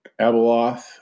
Abeloth